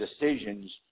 decisions